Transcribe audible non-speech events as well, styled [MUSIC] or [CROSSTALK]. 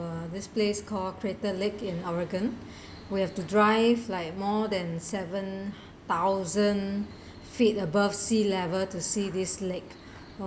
uh this place called crater lake in oregon [BREATH] we have to drive like more than seven [BREATH] thousand feet above sea level to see this lake